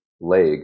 leg